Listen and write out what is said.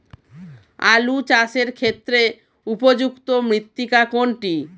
আলু চাষের ক্ষেত্রে উপযুক্ত মৃত্তিকা কোনটি?